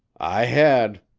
i had.